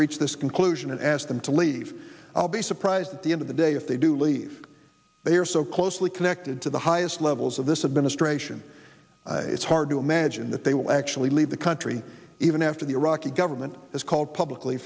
reached this conclusion and asked them to leave i'll be surprised at the end of the day if they do leave they are so closely connected to the highest levels of this administration it's hard to imagine that they will actually leave the country even after the iraqi government has called publicly